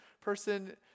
person